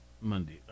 Monday